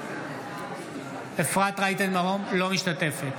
אינה משתתפת